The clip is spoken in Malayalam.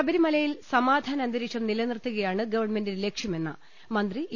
ശബരിമലയിൽ സമാധാനാന്തരീക്ഷം നില്നിർത്തുകയാണ് ഗവൺമെന്റിന്റെ ലക്ഷ്യമെന്ന് മന്ത്രി ഇ